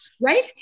Right